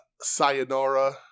sayonara